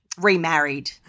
Remarried